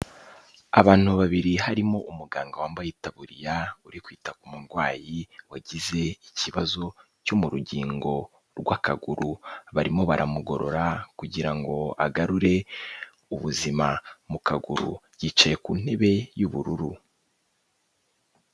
Abantu babiri harimo umuganga wambaye itaburiya uri kwita ku murwayi wagize ikibazo cyo mu rugingo rw'akaguru, barimo baramugorora kugira ngo agarure ubuzima mu kaguru, yicaye ku ntebe y'ubururu.